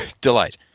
delight